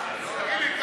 תגיד לי,